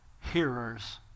hearers